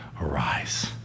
arise